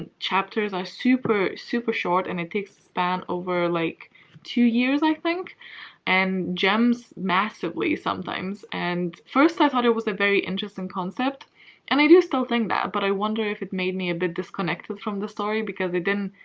chapters are super, super short and it takes span over like two years, i think and jumps massively sometimes. and first i thought it was a very interesting concept and i do still think that but i wonder if it made me a bit disconnected from the story because it didn't.